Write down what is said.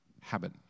habit